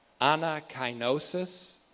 anakinosis